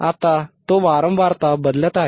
आता तो वारंवारता बदलत आहे